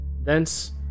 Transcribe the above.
Thence